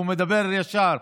והוא מדבר ישר,